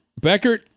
Beckert